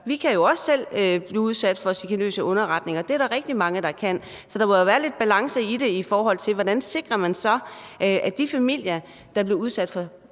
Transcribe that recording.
Vi kan jo også selv blive udsat for chikanøse underretninger. Det er der rigtig mange der kan. Så der må jo være lidt balance i det, i forhold til hvordan man så sikrer, at de familier, der bliver udsat for grundløse underretninger